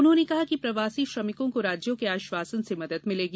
उन्होंने कहा कि प्रवासी श्रमिकों को राज्यों के आश्वासन से मदद मिलेगी